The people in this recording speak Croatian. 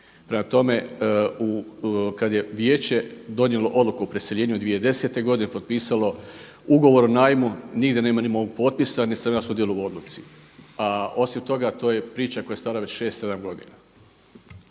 Prema tome kada je vijeće donijelo odluku o preseljenju 2010. godine, potpisalo ugovor o najmu, nigdje nema ni mog potpisa niti sam ja sudjelovao u odluci. A osim toga, to je priča koja je stara već 6, 7 godina.